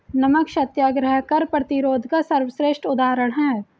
नमक सत्याग्रह कर प्रतिरोध का सर्वश्रेष्ठ उदाहरण है